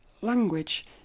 language